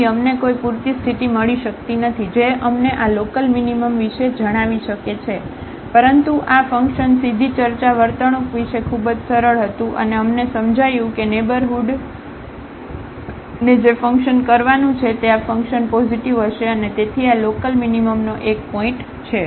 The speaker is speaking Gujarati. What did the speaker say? તેથી અમને કોઈ પૂરતી સ્થિતિ મળી શકતી નથી જે અમને આ લોકલમીનીમમ વિશે જણાવી શકે છે પરંતુ આ ફંકશન સીધી ચર્ચા વર્તણૂક વિશે ખૂબ જ સરળ હતું અને અમને સમજાયું કે નેઇબરહુડીને જે ફંકશન કરવાનું છે તે આ ફંકશન પોઝિટિવ હશે અને તેથી આ લોકલમીનીમમનો એક પોઇન્ટ છે